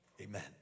Amen